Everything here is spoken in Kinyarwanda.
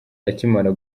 akimara